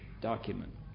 document